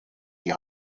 die